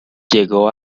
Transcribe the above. llegó